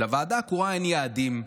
שלוועדה הקרואה אין יעדים.